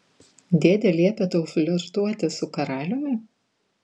dėdė liepė tau flirtuoti su karaliumi